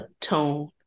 tone